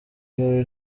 ijoro